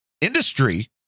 industry